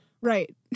Right